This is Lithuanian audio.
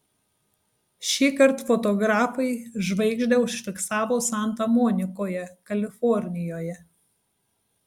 šįkart fotografai žvaigždę užfiksavo santa monikoje kalifornijoje